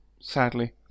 sadly